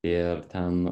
ir ten